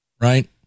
right